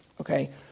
Okay